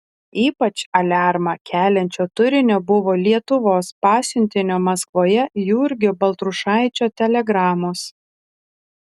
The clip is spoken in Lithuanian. ypač aliarmą keliančio turinio buvo lietuvos pasiuntinio maskvoje jurgio baltrušaičio telegramos